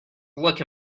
look